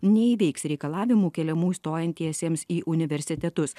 neįveiks reikalavimų keliamų stojantiesiems į universitetus